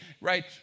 right